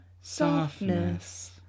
Softness